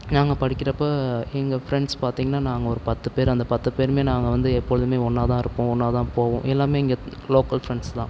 நாங்கள் படிக்கிறப்போ எங்கள் ஃப்ரெண்ட்ஸ் பார்த்திங்கன்னா நாங்கள் ஒரு பத்துப்பேர் அந்த பத்து பேருமே நாங்கள் வந்து எப்பொழுதுமே ஒன்றாதான் இருப்போம் ஒன்றாதான் போவோம் எல்லாமே இங்கே லோக்கல் ஃபிரெண்ட்ஸ் தான்